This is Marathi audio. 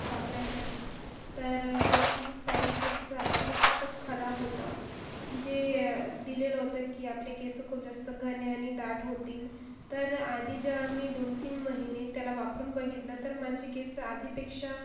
वापरायसाठी तर त्याचं जो साईड इफेक्ट झाला तो खूपच खराब होता जे दिलेलं होतं की आपले केस खूप जास्त घने आणि दाट होतील तर आधी जेव्हा मी दोन तीन महिने त्याला वापरून बघितलं तर माझे केस आधीपेक्षा